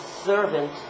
servant